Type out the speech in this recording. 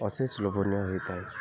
ଅଶେଷ ଲୋଭନୀୟ ହେଇଥାଏ